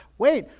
wait,